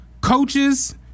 Coaches